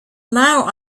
now